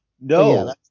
no